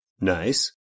Nice